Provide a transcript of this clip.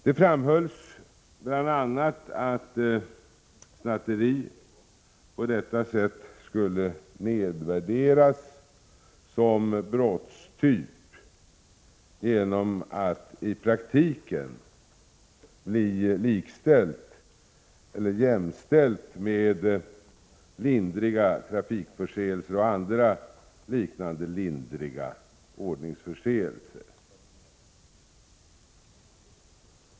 Det framhölls bl.a. att snatteri på detta sätt skulle nedvärderas som brottstyp genom att i praktiken bli jämställt med lindriga trafikförseelser och andra liknande lindriga ordningsförseelser.